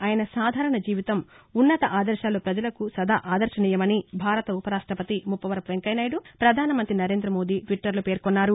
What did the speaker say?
ఆయన సాధారణ జీవితం ఉన్నత ఆదర్శాలు పజలకు సదా ఆదర్భనీయమని భారత ఉపరాష్టపతి ముప్పవరపు వెంకయ్య నాయుడు పధాన మంతి నరేంద మోదీ ట్విట్టర్లో పేర్కొన్నారు